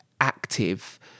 active